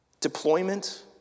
deployment